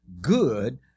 good